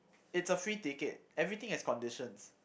it's a free ticket everything has conditions